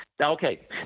Okay